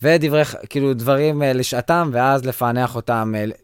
ודברך כאילו דברים לשעתם ואז לפענח אותם.